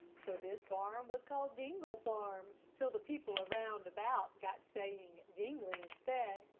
so this farm was called dingle farm till the people around about got saying dingley instead.